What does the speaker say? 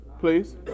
please